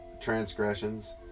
transgressions